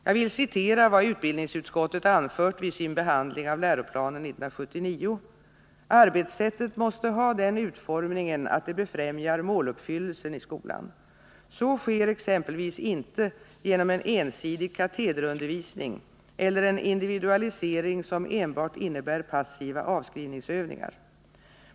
Jag vill citera vad utbildningsutskottet anfört vid sin behandling av läroplanen 1979: ”Arbetssättet måste ha den utformningen att det befrämjar måluppfyllelsen i skolan. Så sker exempelvis inte genom en ensidig katederundervisning eller en individualisering som enbart innebär passiva avskrivningsövningar.